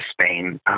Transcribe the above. Spain